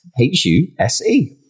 H-U-S-E